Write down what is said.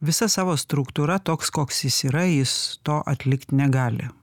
visa savo struktūra toks koks jis yra jis to atlikt negali